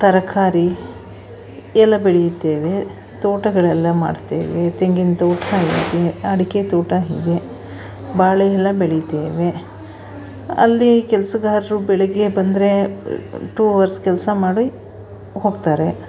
ತರಕಾರಿ ಎಲ್ಲ ಬೆಳೆಯುತ್ತೇವೆ ತೋಟಗಳೆಲ್ಲ ಮಾಡ್ತೇವೆ ತೆಂಗಿನ ತೋಟ ಇದೆ ಅಡಿಕೆ ತೋಟ ಇದೆ ಬಾಳೆ ಎಲ್ಲ ಬೆಳಿತೇವೆ ಅಲ್ಲಿ ಕೆಲಸಗಾರ್ರು ಬೆಳಗ್ಗೆ ಬಂದರೆ ಟೂ ಹವರ್ಸ್ ಕೆಲಸ ಮಾಡಿ ಹೋಗ್ತಾರೆ